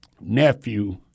nephew